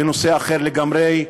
בנושא אחר לגמרי: